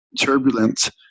turbulent